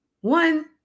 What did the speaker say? one